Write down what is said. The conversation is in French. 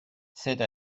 cette